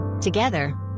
Together